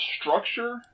structure